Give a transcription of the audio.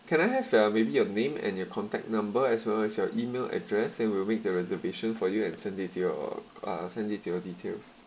can I have uh maybe your name and your contact number as well as your email address then we will make the reservation for you and send it your uh send it to your details